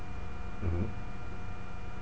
mmhmm